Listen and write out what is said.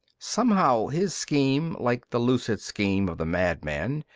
somehow his scheme, like the lucid scheme of the madman,